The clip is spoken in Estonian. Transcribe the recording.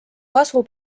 kasvu